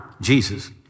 Jesus